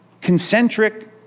concentric